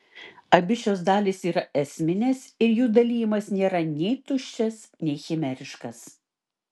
abi šios dalys yra esminės ir jų dalijimas nėra nei tuščias nei chimeriškas